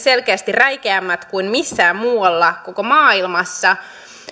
selkeästi räikeämmät kuin missään muualla koko maailmassa